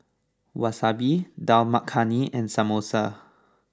Wasabi Dal Makhani and Samosa